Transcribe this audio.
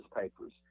papers